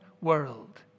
world